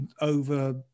over